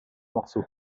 morceau